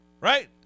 right